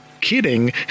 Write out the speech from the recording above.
kidding